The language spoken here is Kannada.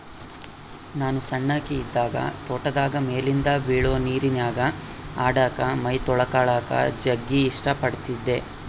ನಾನು ಸಣ್ಣಕಿ ಇದ್ದಾಗ ತೋಟದಾಗ ಮೇಲಿಂದ ಬೀಳೊ ನೀರಿನ್ಯಾಗ ಆಡಕ, ಮೈತೊಳಕಳಕ ಜಗ್ಗಿ ಇಷ್ಟ ಪಡತ್ತಿದ್ದೆ